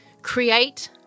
Create